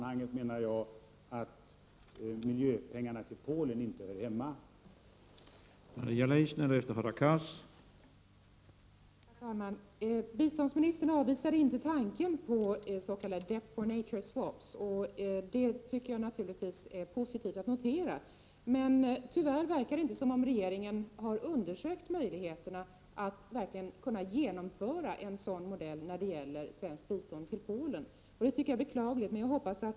Jag menar att miljöpengarna till Polen inte hör hemma i det sammanhanget.